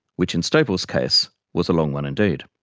which in stapel's case, was a long one indeed.